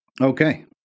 Okay